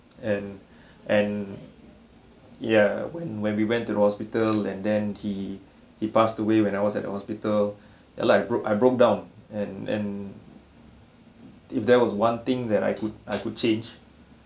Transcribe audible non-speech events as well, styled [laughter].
and [breath] and yeah when when we went to the hospital and then he he passed away when I was at the hospital ya like broke I broke down and and if there was one thing that I could I could change